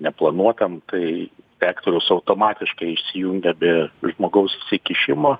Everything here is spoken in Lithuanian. neplanuotam tai reaktorius automatiškai įsijungia be žmogaus įsikišimo